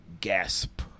Gasp